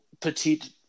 petite